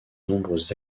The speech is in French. nombreuses